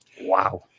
Wow